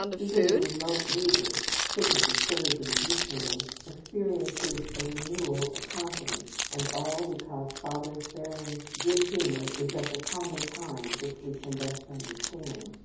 even the remote reader, sick of discouraging details, experiences a renewal of confidence, and all because father feron's good humour is of the common kind which we can best understand,